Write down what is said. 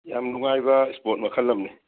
ꯌꯥꯝ ꯅꯨꯡꯉꯥꯏꯕ ꯏꯁꯄꯣꯔꯠ ꯃꯈꯜ ꯑꯃꯅꯤ